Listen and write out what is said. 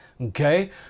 Okay